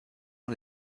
und